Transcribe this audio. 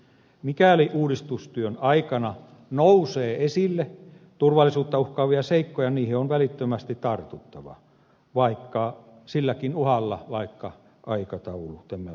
mikäli uudistustyön aikana nousee esille turvallisuutta uhkaavia seikkoja niihin on välittömästi tartuttava vaikka silläkin uhalla että aikataulu tämän vuoksi venyisi